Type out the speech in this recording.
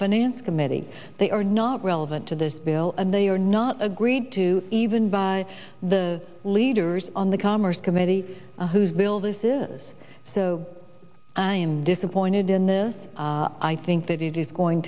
finance committee they are not relevant to this bill and they are not agreed to even by the leaders on the commerce committee whose bill this is so i am disappointed in this i think that it is going